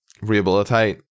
Rehabilitate